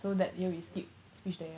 so that you will see question